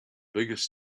biggest